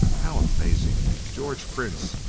how amazing, george prince!